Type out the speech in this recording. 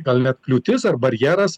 gal net kliūtis ar barjeras